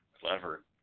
Clever